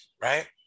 right